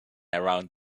around